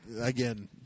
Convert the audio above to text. again